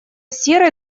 серой